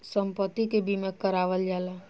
सम्पति के बीमा करावल जाला